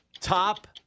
Top